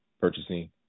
purchasing